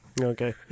okay